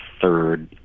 third